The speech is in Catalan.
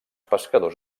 pescadors